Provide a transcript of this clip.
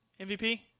MVP